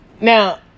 Now